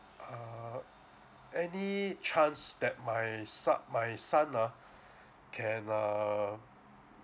uh any chance that my son my son ah can err